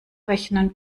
rechnen